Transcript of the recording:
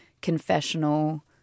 confessional